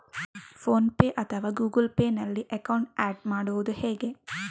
Phone pay ಅಥವಾ Google Pay ನಲ್ಲಿ account add ಮಾಡುವುದು ಹೇಗೆ?